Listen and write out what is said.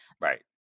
right